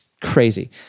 crazy